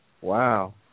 Wow